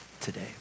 today